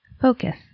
Focus